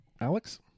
Alex